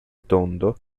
tondo